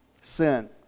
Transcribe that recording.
Sin